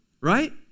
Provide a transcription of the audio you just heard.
Right